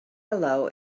below